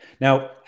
Now